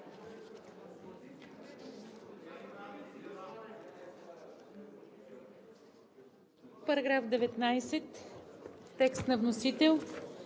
Параграф 19 – текст на вносител.